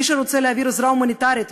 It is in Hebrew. מי שרוצה להעביר עזרה הומניטרית,